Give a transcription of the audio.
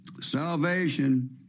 salvation